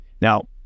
Now